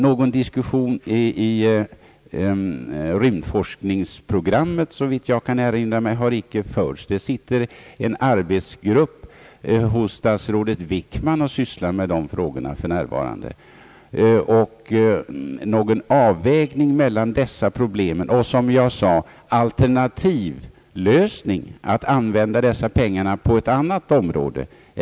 Någon diskussion om rymdforskningsprogrammet har inte förts, såvitt jag kan erinra mig. En arbetsgrupp hos statsrådet Wickman sysslar med de frågorna för närvarande, men det har ju faktiskt inte gjorts någon avvägning när det gäller dessa problem och man har, som jag sade, inte diskuterat någon alternativlösning — att använda dessa pengar på ett annat område.